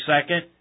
second